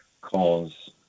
cause